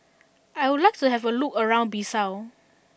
I would like to have a look around Bissau